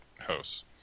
hosts